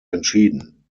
entschieden